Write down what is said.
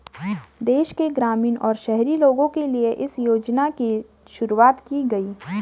देश के ग्रामीण और शहरी लोगो के लिए इस योजना की शुरूवात की गयी